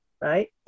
right